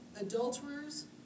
adulterers